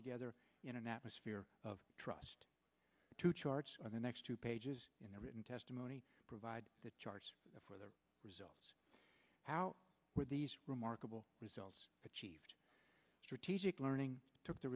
together in an atmosphere of trust to charge for the next two pages in the written testimony provide the charts for the results how were these remarkable results achieved strategic learning took the